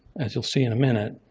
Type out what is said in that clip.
as you'll see in a minute.